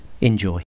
Enjoy